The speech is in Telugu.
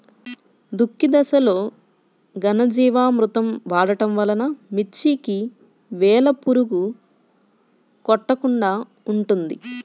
దుక్కి దశలో ఘనజీవామృతం వాడటం వలన మిర్చికి వేలు పురుగు కొట్టకుండా ఉంటుంది?